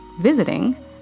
visiting